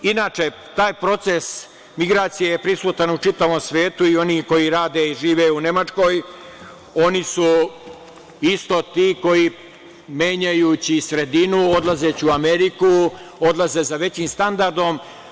Inače, taj proces migracije je prisutan u čitavom svetu i oni koji rade i žive u Nemačkoj, oni su isto ti koji menjajući sredinu, odlazeći u Ameriku, odlaze za većim standardom.